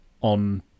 on